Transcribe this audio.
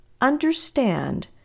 understand